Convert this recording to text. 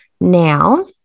now